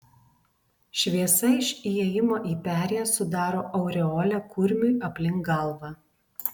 šviesa iš įėjimo į perėją sudaro aureolę kurmiui aplink galvą